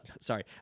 Sorry